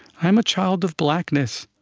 i'm a child of blackness.